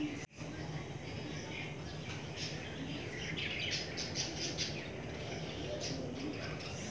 পড়ুয়াদের জন্যে সরকার থিকে সাবসিডাইস্ড লোন দিচ্ছে